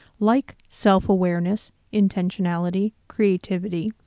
like self awareness, intentionality, creativity,